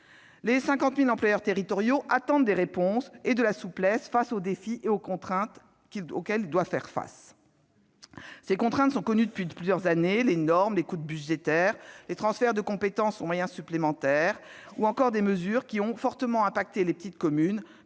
Les 50 000 employeurs territoriaux attendent des réponses et de la souplesse face aux défis et aux contraintes auxquels ils doivent faire face. Les contraintes sont connues depuis plusieurs années : ce sont les normes, les coupes budgétaires, les transferts de compétences sans moyens supplémentaires, ou encore des mesures qui ont fortement affecté les petites communes,